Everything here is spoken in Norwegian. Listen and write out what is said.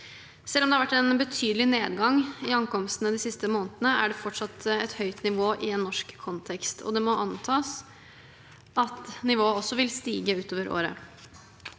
Selv om det har vært en betydelig nedgang i ankomstene de siste månedene, er det fortsatt et høyt nivå i en norsk kontekst, og det må antas at nivået vil stige også utover året.